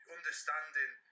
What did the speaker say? Understanding